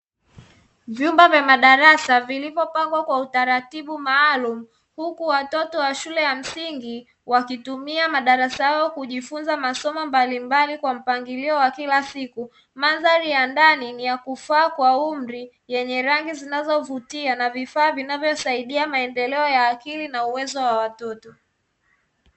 Vyumba vya madarasa vilivyopangwa kwa utaratibu maalum, huku watoto wa shule ya msingi wakitumia madarasa hayo kujifunza masomo mbalimbali kwa mpangilio wa kila siku. Mandhari ya ndani ni yakufaa kaa umri yenye rangi zinazo vutia na vifaa vinavyo saidia maendeleo ya akili na uwezo wa watoto.